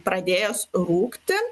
pradėjęs rūgti